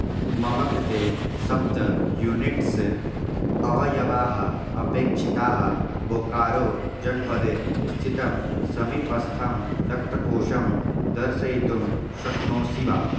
मम कृते सप्त यूनिट्स् अवयवाः अपेक्षिताः बोकारो जनपदे स्थितं समीपस्थं रक्तकोषं दर्शयितुं शक्नोषि वा